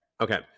Okay